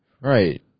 Right